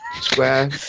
square